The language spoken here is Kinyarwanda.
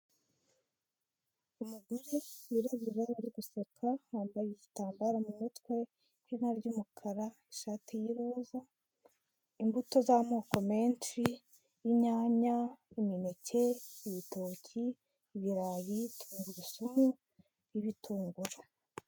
Umugore wirabura uri guseka. Wambaye igitambaro mu mutwe, ihina ry'umukara, ishati y'iroza, imbuto z'amoko menshi, inyanya, imineke, ibitoki, ibirayi, tungurusumu n'ibitunguru.